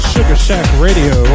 SugarShackRadio